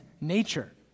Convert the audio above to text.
nature